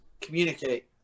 communicate